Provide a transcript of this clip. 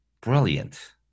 Brilliant